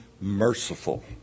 merciful